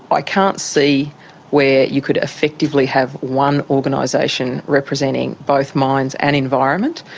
i can't see where you could effectively have one organisation representing both mines and environment.